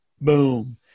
boom